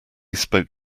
spoke